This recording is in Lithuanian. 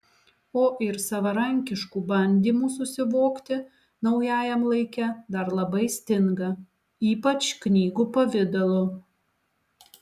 o ir savarankiškų bandymų susivokti naujajam laike dar labai stinga ypač knygų pavidalu